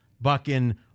Bucking